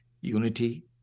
unity